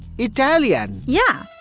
italian! yeah.